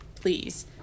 please